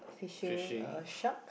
fishing